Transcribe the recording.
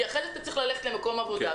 כי אחרי זה אתה צריך ללכת למקום עבודה,